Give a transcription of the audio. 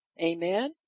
Amen